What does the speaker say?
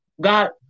God